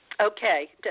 Okay